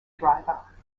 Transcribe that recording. driver